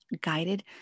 guided